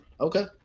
Okay